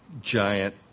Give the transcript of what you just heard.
giant